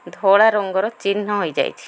ଧଳା ରଙ୍ଗର ଚିହ୍ନ ହୋଇଯାଇଛି